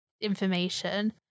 information